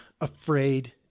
afraid